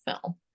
film